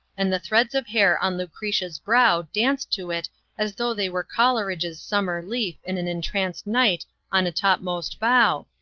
and the threads of hair on lucretia's brow danced to it as though they were coleridge's summer leaf in an entranced night on a topmost bough,